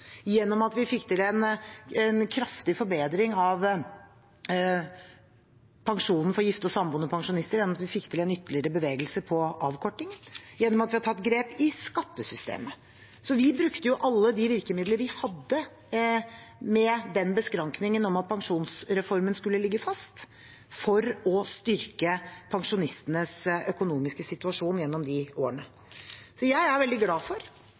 gjennom at vi fikk til en kraftig forbedring av pensjonen for gifte og samboende pensjonister gjennom at vi fikk til en ytterligere bevegelse på avkortingen, og gjennom at vi har tatt grep i skattesystemet. Vi brukte alle de virkemidler vi hadde med den beskrankningen at pensjonsreformen skulle ligge fast, for å styrke pensjonistenes økonomiske situasjon gjennom de årene. Jeg er veldig glad for at vi nå gjennom dagens behandling skaper brede flertall for